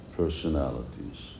personalities